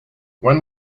when